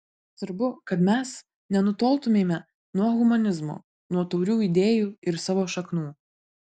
svarbu kad mes nenutoltumėme nuo humanizmo nuo taurių idėjų ir savo šaknų